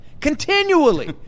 continually